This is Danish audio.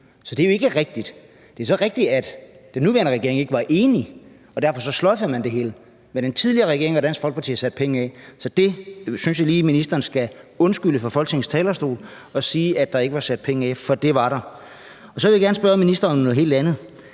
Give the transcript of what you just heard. Så det er jo ikke rigtigt. Det er så rigtigt, at den nuværende regering ikke var enig, og derfor sløjfede man det hele. Men den tidligere regering og Dansk Folkeparti havde sat penge af, så jeg synes lige, at ministeren skal undskylde fra Folketingets talerstol, at ministeren sagde, at der ikke var sat penge af, for det var der. Så vil jeg gerne spørge ministeren om noget helt andet.